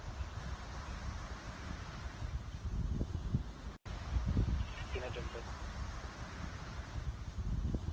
ᱛᱤᱱᱟᱹᱜ ᱫᱤᱱ ᱛᱟᱦᱮᱸᱱᱟ